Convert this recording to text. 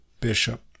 Bishop